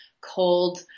cold